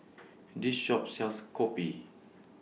This Shop sells Kopi